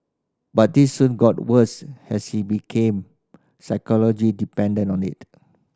but this soon got worse as he became psychology dependent on it